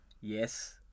yes